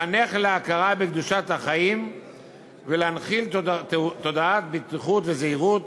לחנך להכרה בקדושת החיים ולהנחיל תודעת בטיחות וזהירות,